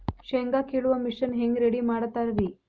ಶೇಂಗಾ ಕೇಳುವ ಮಿಷನ್ ಹೆಂಗ್ ರೆಡಿ ಮಾಡತಾರ ರಿ?